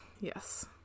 Yes